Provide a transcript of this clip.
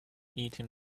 eating